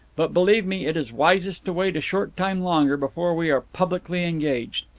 but, believe me, it is wisest to wait a short time longer before we are publicly engaged.